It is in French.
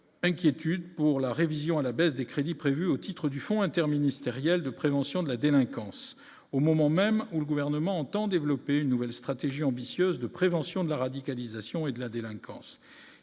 inquiétude pour la révision à la baisse des crédits prévus au titre du fonds interministériel de prévention de la délinquance au moment même où le gouvernement entend développer une nouvelle stratégie ambitieuse de prévention de la radicalisation et de la délinquance,